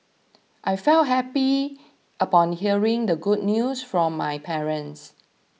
I felt happy upon hearing the good news from my parents